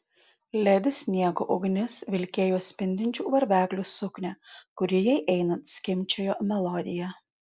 ledi sniego ugnis vilkėjo spindinčių varveklių suknią kuri jai einant skimbčiojo melodiją